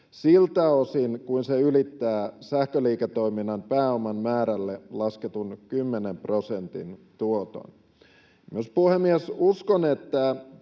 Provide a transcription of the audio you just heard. siltä osin kuin se ylittää sähköliiketoiminnan pääoman määrälle lasketun 10 prosentin tuoton. Myös, puhemies, uskon, että